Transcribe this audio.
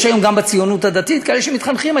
יש היום גם בציונות הדתית כאלה שכך מתחנכים.